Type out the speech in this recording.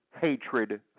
hatred